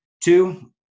Two